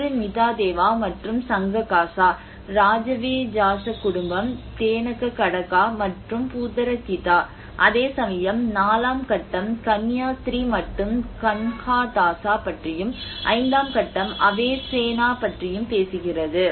ஒன்று மிதாதேவா மற்றும் சங்ககாசா ராஜவேஜாச குடும்பம் தேனுககடகா மற்றும் பூதரகிதா அதே சமயம் 4 ஆம் கட்டம் கன்னியாஸ்திரி மற்றும் கன்ஹாதாசா பற்றியும் 5 ஆம் கட்டம் அவேசேனா பற்றியும் பேசுகிறது